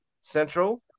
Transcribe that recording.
central